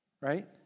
right